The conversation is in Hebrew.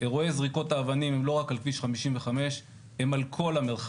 אירועי זריקות אבנים הם לא רק על כביש 55; הם על כל המרחב.